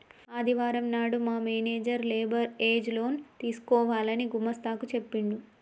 ఆదివారం నాడు మా మేనేజర్ లేబర్ ఏజ్ లోన్ తీసుకోవాలని గుమస్తా కు చెప్పిండు